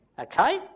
Okay